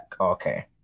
okay